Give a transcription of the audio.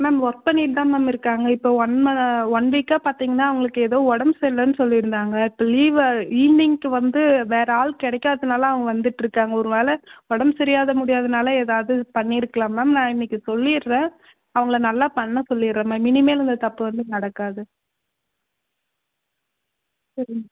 ma'am work பண்ணிகிட்டுதான் ma'am இருக்காங்க இப்போ ஒன் மா ஒன் வீக்காக பார்த்தீங்கன்னா அவங்களுக்கு ஏதோ உடம்பு சரியில்லைன்னு சொல்லியிருந்தாங்க இப்போ லீவு ஈவினிங்க்கு வந்து வேறு ஆள் கிடைக்காததுனால அவங்க வந்துகிட்ருக்காங்க ஒரு வேளை உடம்பு சரியாக முடியாதனால் ஏதாவது பண்ணியிருக்கலாம் மேம் நான் இன்றைக்கி சொல்லிடுறேன் அவங்கள நல்லா பண்ண சொல்லிடுறேன் மேம் இனிமேல் இந்த தப்பு வந்து நடக்காது சரி மேம்